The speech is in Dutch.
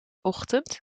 ochtend